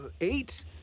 Eight